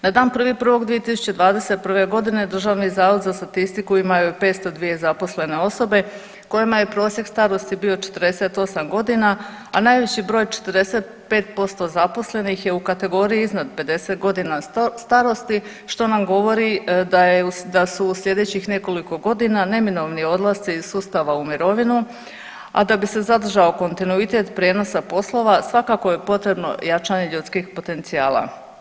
Na dan 1.1.2021. godine Državni zavod za statistiku ima je 502 zaposlene osobe kojima je prosjek starosti bio 48 godina, a najviši broj 45% zaposlenih je u kategoriji iznad 50 godina starosti što nam govori da je u, da su u slijedećih nekoliko godina neminovni odlasci iz sustava u mirovinu, a da bi se zadržao kontinuitet poslova svakako je potrebno jačanje ljudskih potencijala.